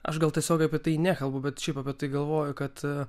aš gal tiesiogiai apie tai nekalbu bet šiaip apie tai galvoju kad